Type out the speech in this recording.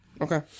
Okay